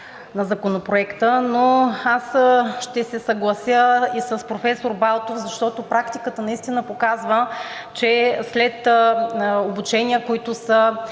на Законопроекта. Но аз ще се съглася и с професор Балтов, защото практиката наистина показва, че след обучения, които са